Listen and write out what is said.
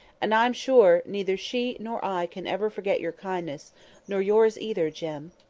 and i'm sure neither she nor i can ever forget your kindness nor your's either, jem.